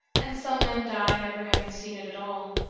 and some men die never having seen it at all.